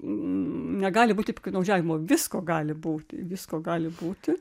negali būti piktnaudžiavimo visko gali būti visko gali būti